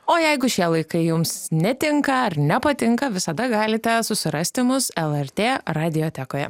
o jeigu šie laikai jums netinka ar nepatinka visada galite susirasti mus lrt radiotekoje